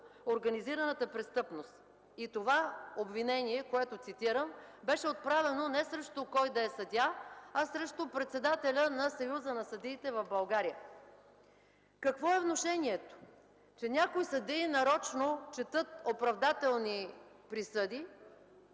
организираната престъпност. И това обвинение, което цитирам, беше отправено не срещу който и да е съдия, а срещу председателя на Съюза на съдиите в България. Какво е внушението? Че някои съдии нарочно четат оправдателни присъди,